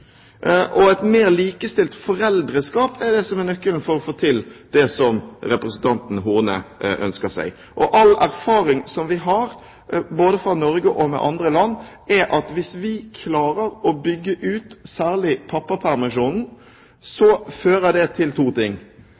født. Et mer likestilt foreldreskap er nøkkelen for å få til det som representanten Horne ønsker seg. All erfaring vi har, både fra Norge og fra andre land, er at hvis vi klarer å bygge ut særlig pappapermisjonen, fører dette til to ting: